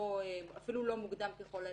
אפילו לא מוקדם ככל האפשר.